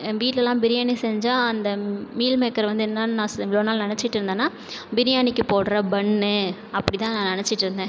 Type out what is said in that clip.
வீட்லலெலாம் பிரியாணி செஞ்சால் அந்த மீல்மேக்கரை வந்து என்னென்னு நா ஸ் இவ்வளோ நாள் நினச்சிட்ருந்தேனா பிரியாணிக்கு போடுகிற பன்னு அப்படி தான் நான் நினச்சிட்டு இருந்தேன்